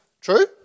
True